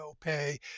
pay